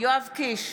יואב קיש,